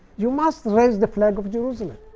you must raise the flag of jerusalem.